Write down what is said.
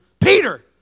Peter